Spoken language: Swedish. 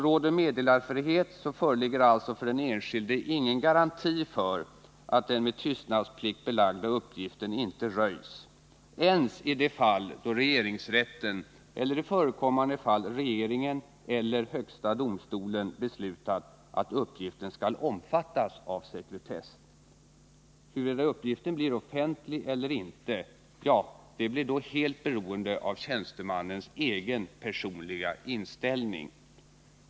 Råder meddelarfrihet föreligger alltså för den enskilde ingen garanti för att den med tystnadsplikt belagda uppgiften icke röjs, ens i de fall.då regeringsrätten eller i förekommande fall regeringen eller högsta domstolen beslutat att uppgiften skall omfattas av sekretess. Huruvida uppgiften blir offentlig eller ej blir då helt beroende av tjänstemannens egen personliga inställning.